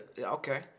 okay